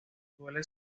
suele